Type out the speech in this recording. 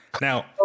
now